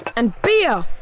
and beer!